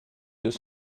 deux